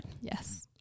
Yes